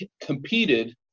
competed